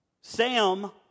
Sam